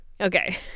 Okay